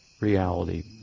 reality